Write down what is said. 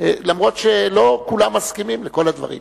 אף-על-פי שלא כולם מסכימים לכל הדברים.